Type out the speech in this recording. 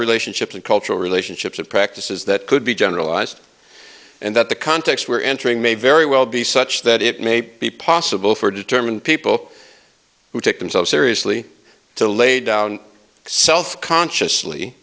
relationships and cultural relationships and practices that could be generalized and that the context we are entering may very well be such that it may be possible for determined people who take themselves seriously to lay down south consciously